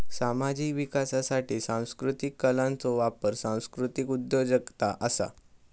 सामाजिक विकासासाठी सांस्कृतीक कलांचो वापर सांस्कृतीक उद्योजगता असा